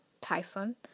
Tyson